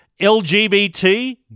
LGBT